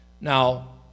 Now